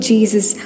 Jesus